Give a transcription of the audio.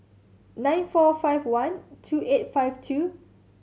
nine four five one two eight five two